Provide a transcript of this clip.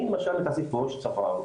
אני למשל מתעסק בראש צוואר,